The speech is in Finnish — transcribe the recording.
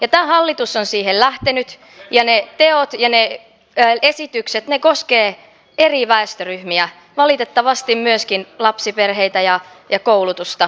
tämä hallitus on siihen lähtenyt ja ne teot ja esitykset koskevat eri väestöryhmiä valitettavasti myöskin lapsiperheitä ja koulutusta